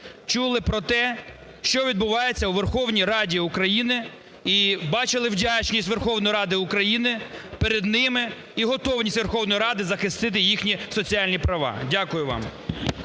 чули про те, що відбувається у Верховній Раді України, і бачили вдячність Верховної Ради України перед ними, і готовність Верховної Ради захистити їхні соціальні права. Дякую вам.